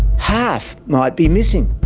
half might be missing.